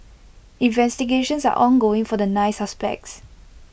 investigations are ongoing for the nine suspects